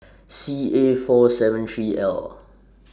C A four seven three L